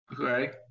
Okay